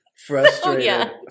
Frustrated